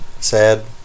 Sad